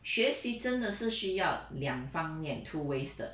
学习真的是需要两方面 two ways 的